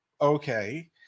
okay